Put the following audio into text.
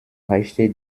reichte